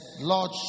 Lord